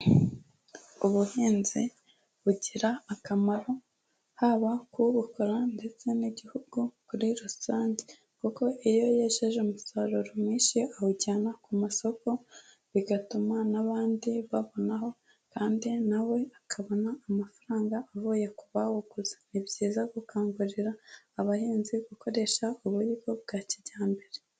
Ubuhinzi bugira akamaro, haba k'ubukora ndetse n'igihugu kuri rusange kuko iyo yejeje umusaruro mwinshi awujyana ku masoko, bigatuma n'abandi babonaho kandi nawe akabona amafaranga avuye ku bawuguze. Ni byiza gukangurira abahinzi gukoresha uburyo bwa kijyambere.